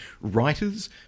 writers